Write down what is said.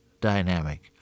dynamic